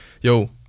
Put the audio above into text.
yo